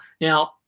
Now